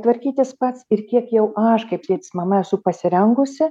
tvarkytis pats ir kiek jau aš kaip tėtis mama esu pasirengusi